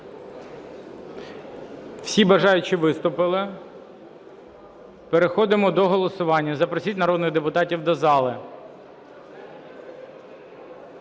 Всі бажаючі виступили. Переходимо до голосування. Запросіть народних депутатів до зали.